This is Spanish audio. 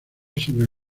sobre